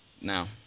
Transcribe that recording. now